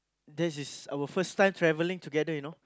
this is our first time traveling together you know